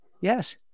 yes